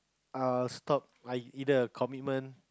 I'll stop I either a commitment